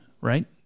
right